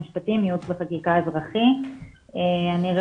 לא, אבל את משפטנית, את